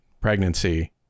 pregnancy